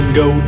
go